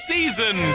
Season